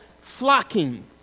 flocking